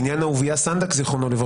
בעניין אהובייה סנדק ז"ל,